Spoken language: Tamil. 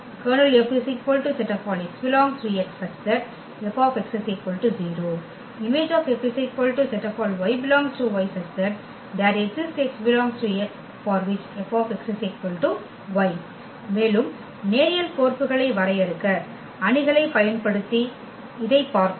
Ker F x ∈ X F 0 Im F y ∈ Y there exists x ∈ X for which F y மேலும் நேரியல் கோர்ப்புகளை வரையறுக்க அணிகளை பயன்படுத்தி இதைப் பார்த்தோம்